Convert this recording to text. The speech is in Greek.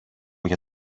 για